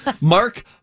Mark